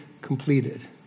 completed